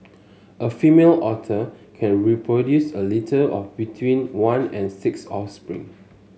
a female otter can produce a litter of between one and six offspring